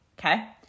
Okay